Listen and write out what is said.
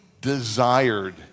desired